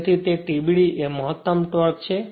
તેથી કે TBD એ મહત્તમ ટોર્ક છે